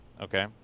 okay